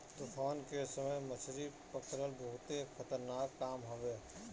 तूफान के समय मछरी पकड़ल बहुते खतरनाक काम हवे